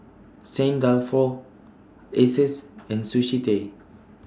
Saint Dalfour Asus and Sushi Tei